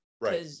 Right